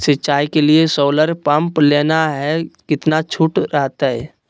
सिंचाई के लिए सोलर पंप लेना है कितना छुट रहतैय?